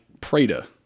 Prada